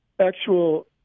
actual